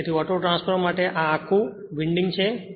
તેથી ઓટોટ્રાન્સફોર્મરમાટે આ આખું વિન્ડિંગ છે